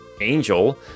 angel